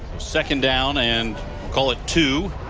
second down and call it two.